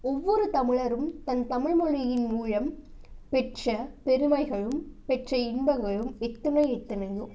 ஒவ்வொரு தமிழரும் தன் தமிழ்மொழியின் மூலம் பெற்ற பெருமைகளும் பெற்ற இன்பங்களும் எத்தனை எத்தனையோ